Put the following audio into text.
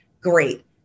great